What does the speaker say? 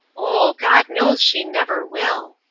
oh, god knows she never will!